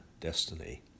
destiny